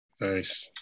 nice